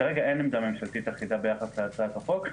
כרגע אין עמדה ממשלתית אחידה ביחס להצעת החוק,